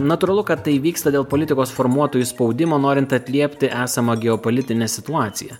natūralu kad tai įvyksta dėl politikos formuotojų spaudimo norint atliepti esamą geopolitinę situaciją